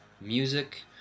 music